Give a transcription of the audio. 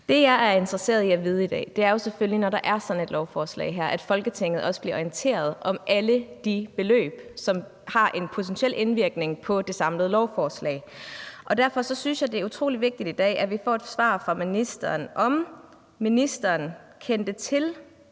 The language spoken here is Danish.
i dag er interesseret i at vide, er selvfølgelig, at Folketinget, når der er sådan et lovforslag her, også bliver orienteret om alle de beløb, som har en potentiel indvirkning på det samlede lovforslag. Derfor synes jeg, det er utrolig vigtigt i dag, at vi får et svar fra ministeren på, om ministeren kendte til